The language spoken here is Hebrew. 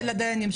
של הדיינים,